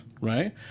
right